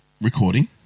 recording